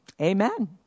Amen